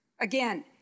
Again